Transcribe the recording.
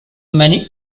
many